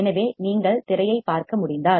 எனவே நீங்கள் திரையைப் பார்க்க முடிந்தால்